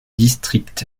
district